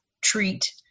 treat